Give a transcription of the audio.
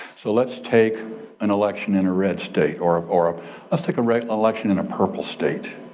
so let's take an election in a red state or or ah let's take a right election in a purple state.